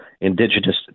indigenous